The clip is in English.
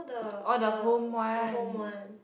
oh the home one